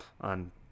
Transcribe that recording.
on